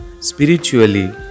spiritually